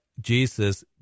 Jesus